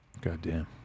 Goddamn